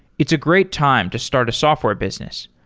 it's a great time to start a software business,